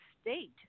state